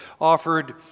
offered